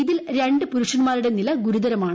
ഇതിൽ രണ്ട് പുരുഷൻമാരുടെ നില ഗുരുതരമാണ്